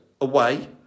away